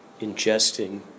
ingesting